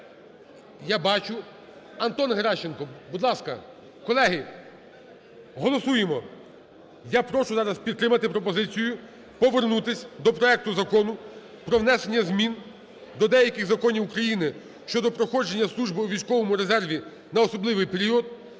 Я бачу. Антон Геращенко, будь ласка. Колеги, голосуємо. Я прошу зараз підтримати пропозицію повернутись до проекту Закону про внесення змін до деяких законів України щодо проходження служби у військовому резерві на особливий період